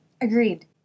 Agreed